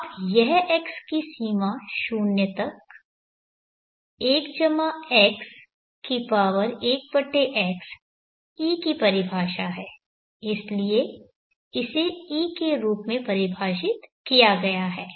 अब यह x की सीमा 0 तक 1x1 x x→01x1x e की परिभाषा है इसलिए इसे e के रूप में परिभाषित किया गया है